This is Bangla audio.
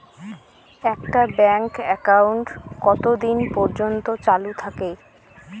একটা ব্যাংক একাউন্ট কতদিন পর্যন্ত চালু থাকে?